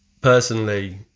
Personally